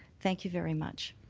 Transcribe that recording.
thank you very much.